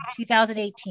2018